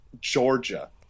Georgia